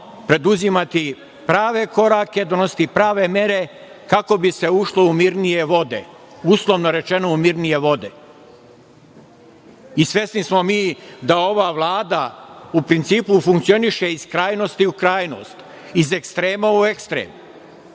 preduzimati prave korake, donositi prave mere, kako bi se ušlo u mirnije vode, uslovno rečeno u mirnije vode. Svesni smo mi da ova Vlada u principu funkcioniše iz krajnosti u krajnost, iz ekstrema u ekstrem.